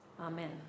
Amen